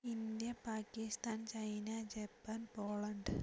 India Pakistan China Japan Poland